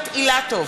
אילטוב,